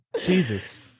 Jesus